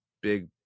big